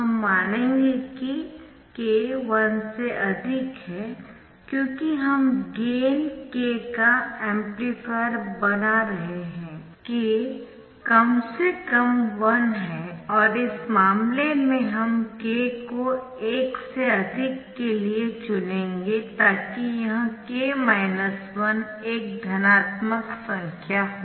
हम मानेंगे कि k 1 से अधिक है क्योंकि हम गेन k का एम्पलीफायर बना रहे है k कम से कम 1 है और इस मामले में हम k को 1 से अधिक के लिए चुनेंगे ताकि यह एक धनात्मक संख्या हो